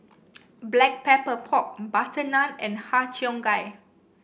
Black Pepper Pork butter naan and Har Cheong Gai